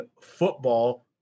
football